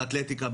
באתלטיקה,